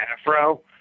afro